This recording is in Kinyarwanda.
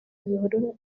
ibihuru